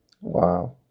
Wow